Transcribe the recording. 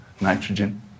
nitrogen